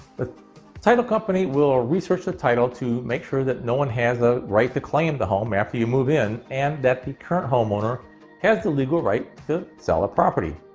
the title company will ah research the title to make sure that no one has a right to claim the home after you move in and that the current home owner has the legal right to sell a property.